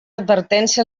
advertència